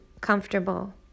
comfortable